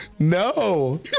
No